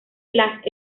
las